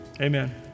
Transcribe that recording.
Amen